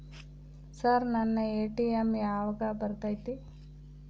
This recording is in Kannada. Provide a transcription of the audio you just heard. ಸರ್ ನನ್ನ ಎ.ಟಿ.ಎಂ ಯಾವಾಗ ಬರತೈತಿ?